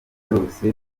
byose